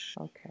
okay